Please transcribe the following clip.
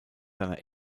seiner